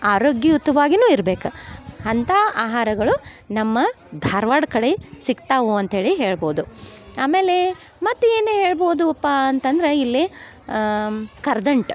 ಆರೋಗ್ಯಯುತವಾಗಿನೂ ಇರ್ಬೇಕು ಅಂಥಾ ಆಹಾರಗಳು ನಮ್ಮ ಧಾರವಾಡ ಕಡೆ ಸಿಗ್ತಾವು ಅಂತೇಳಿ ಹೇಳ್ಬೋದು ಆಮೇಲೆ ಮತ್ತು ಏನೇ ಹೇಳ್ಬೋದು ಅಪ್ಪ ಅಂತಂದ್ರ ಇಲ್ಲಿ ಕರ್ದಂಟು